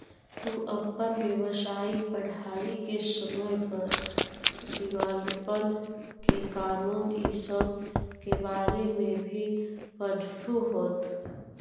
तू अपन व्यावसायिक पढ़ाई के समय पर दिवालेपन के कानून इ सब के बारे में भी पढ़लहू होत